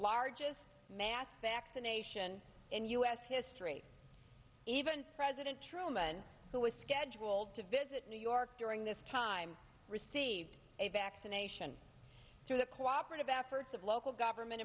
largest mass vaccination in u s history even president truman who was scheduled to visit new york during this time received a vaccination through the cooperative efforts of local government